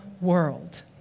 world